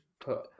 put